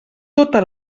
tota